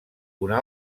una